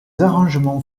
arrangements